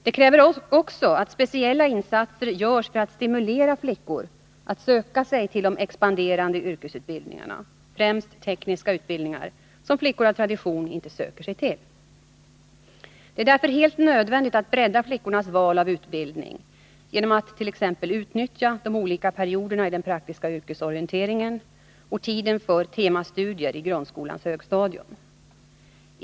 Det kräver också att speciella insatser görs för att stimulera flickor att söka sig till de expanderande yrkesutbildningarna, främst tekniska utbildningar som flickor av tradition inte söker sig till. Det är därför helt nödvändigt att bredda flickornas val av utbildning genom att t.ex. utnyttja de olika perioderna i den praktiska yrkesorienteringen och tiden för temastudier på grundskolans högstadium.